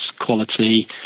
quality